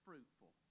fruitful